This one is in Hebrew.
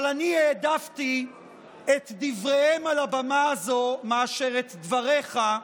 אבל אני העדפתי את דבריהם על הבמה הזו מאשר את דבריך,